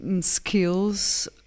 skills